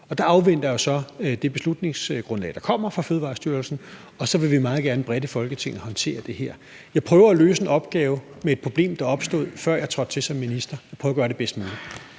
Der afventer jeg jo så det beslutningsgrundlag, der kommer fra Fødevarestyrelsen, og så vil vi meget gerne bredt i Folketinget håndtere det her. Jeg prøver at løse en opgave med et problem, der opstod, før jeg trådte til som minister, og jeg prøver at gøre det bedst muligt.